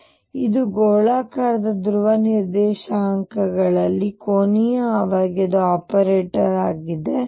ಆದ್ದರಿಂದ ಇದು ಗೋಳಾಕಾರದ ಧ್ರುವ ನಿರ್ದೇಶಾಂಕಗಳಲ್ಲಿ ಕೋನೀಯ ಆವೇಗದ ಆಪರೇಟರ್ ಆಗಿದೆ